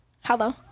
Hello